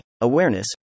awareness